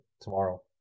tomorrow